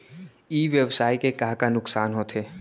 ई व्यवसाय के का का नुक़सान होथे?